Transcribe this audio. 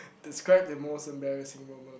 describe the most embarrassing moment